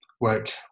work